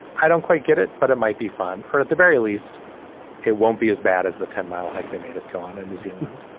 i don't quite get it but it might be fun or at the very least it won't be as bad as the ten mile hike they made us go on in new zealand